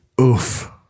Oof